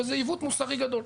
וזה עיוות מוסרי גדול.